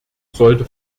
sollte